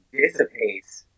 dissipates